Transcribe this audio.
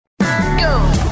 Go